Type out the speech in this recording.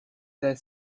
that